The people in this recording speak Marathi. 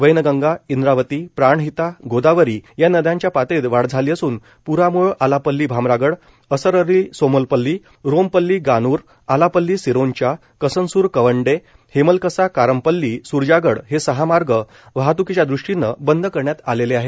वैनगंगा इंद्रावती प्राणहिता गोदावरी या नद्यांच्या पातळीत वाढ झाली असून प्राम्ळं आलापल्ली आमरागड असरअली सोमनपल्ली रोमपल्ली गानूर आलापल्ली सिरोंचा कसनसुर कवंडे हेमलकसा कारमपल्ली स्रजागड हे सहा मार्ग वाहत्कीच्या दृष्टीने बंद आहेत